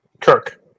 Kirk